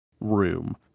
room